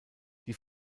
die